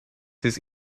his